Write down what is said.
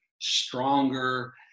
stronger